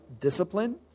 discipline